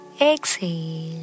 exhale